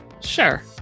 Sure